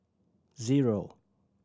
zero